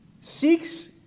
seeks